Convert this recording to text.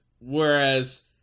Whereas